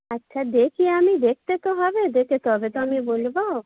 আচ্ছা দেখি আমি দেখতে তো হবে দেখে তবে তো আমি বলব